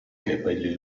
capelli